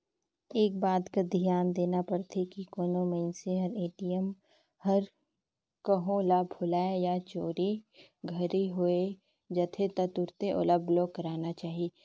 एक बात कर धियान देना परथे की कोनो मइनसे हर ए.टी.एम हर कहों ल भूलाए या चोरी घरी होए जाथे त तुरते ओला ब्लॉक कराना चाही